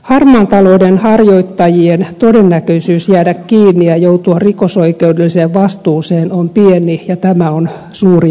harmaan talouden harjoittajien todennäköisyys jäädä kiinni ja joutua rikosoikeudelliseen vastuuseen on pieni ja tämä on suuri ongelma